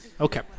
Okay